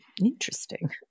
interesting